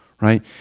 Right